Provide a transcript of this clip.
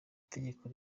itegeko